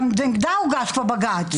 גם על זה כבר הוגש בג"צ.